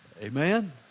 Amen